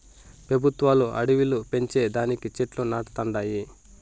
పెబుత్వాలు అడివిలు పెంచే దానికి చెట్లు నాటతండాయి